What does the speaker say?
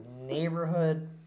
neighborhood